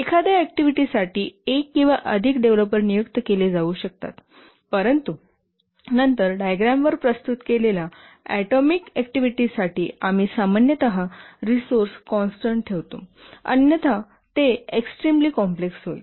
एखाद्या ऍक्टिव्हिटी साठी एक किंवा अधिक डेव्हलपर नियुक्त केले जाऊ शकतात परंतु नंतर डायग्रॅमवर प्रस्तुत केलेल्या ऍटोमिक ऍक्टिव्हिटीसाठी आम्ही सामान्यत रिसोर्स कॉन्स्टन्ट ठेवतो अन्यथा ते एक्सट्रीमली कॉम्प्लेक्स होईल